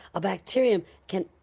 a bacterium can,